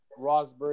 Rosberg